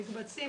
במקבצים,